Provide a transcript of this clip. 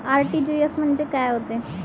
RTGS म्हंजे काय होते?